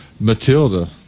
Matilda